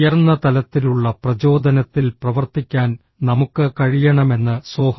ഉയർന്ന തലത്തിലുള്ള പ്രചോദനത്തിൽ പ്രവർത്തിക്കാൻ നമുക്ക് കഴിയണമെന്ന് സോഹർ